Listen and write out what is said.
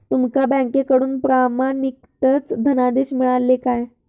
तुमका बँकेकडून प्रमाणितच धनादेश मिळाल्ले काय?